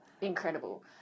Incredible